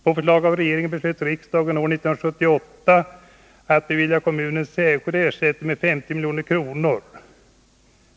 På förslag av regeringen beslöt riksdagen år 1978 att bevilja kommunen särskild ersättning med 50 milj.kr.